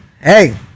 Hey